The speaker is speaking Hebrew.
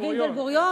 דוד בן-גוריון?